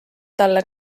talle